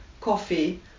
coffee